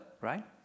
right